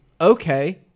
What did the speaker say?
okay